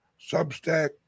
Substack